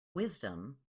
wisdom